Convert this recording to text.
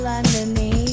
underneath